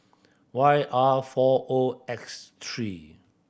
Y R four O X three